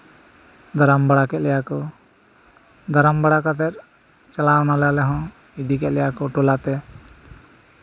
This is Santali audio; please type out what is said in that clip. ᱫᱟᱨᱟᱢ ᱵᱟᱲᱟ ᱠᱮᱫ ᱞᱮᱭᱟ ᱠᱚ ᱫᱟᱨᱟᱢ ᱵᱟᱲᱟ ᱠᱟᱛᱮᱫ ᱪᱟᱞᱟᱣ ᱮᱱᱟᱞᱮ ᱟᱞᱮᱦᱚᱸ ᱤᱫᱤ ᱠᱮᱫ ᱞᱮᱭᱟ ᱠᱚ ᱴᱚᱞᱟᱛᱮ